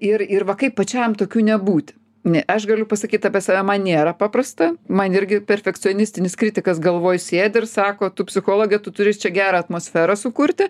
ir ir va kaip pačiam tokiu nebūti ne aš galiu pasakyt apie save man nėra paprasta man irgi perfekcionistinis kritikas galvoj sėdi ir sako tu psichologė tu turi čia gerą atmosferą sukurti